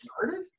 started